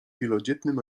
wielodzietnym